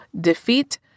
defeat